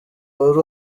wari